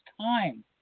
time